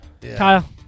Kyle